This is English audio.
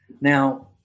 Now